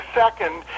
second